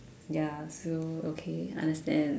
ya so okay understand